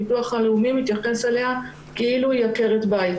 הביטוח הלאומי מתייחס אליה כאילו היא עקרת בית